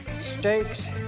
Steaks